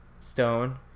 stone